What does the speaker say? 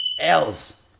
else